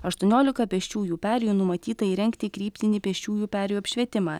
aštuoniolika pėsčiųjų perėjų numatyta įrengti kryptinį pėsčiųjų perėjų apšvietimą